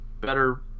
better